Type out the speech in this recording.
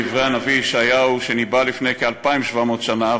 כדברי הנביא ישעיהו שניבא לפני כ-2,700 שנה,